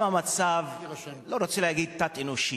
המצב שם, אני לא רוצה להגיד תת-אנושי,